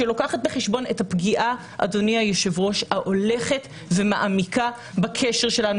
שלוקחת בחשבון את הפגיעה ההולכת ומעמיקה בקשר שלנו.